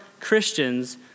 Christians